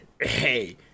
hey